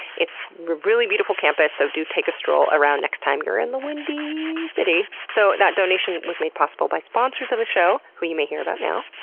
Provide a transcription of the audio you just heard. it's a really beautiful campus, so do take a stroll around next time you're in the windy city. so that donation was made possible by sponsors of the show, who you may hear about now